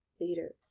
leaders